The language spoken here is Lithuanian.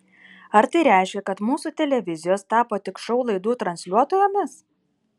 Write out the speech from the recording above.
ar tai reiškia kad mūsų televizijos tapo tik šou laidų transliuotojomis